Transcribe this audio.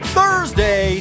Thursday